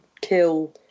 kill